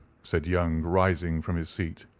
said young, rising from his seat.